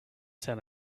tell